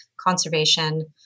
conservation